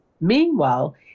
Meanwhile